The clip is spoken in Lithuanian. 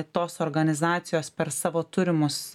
tos organizacijos per savo turimus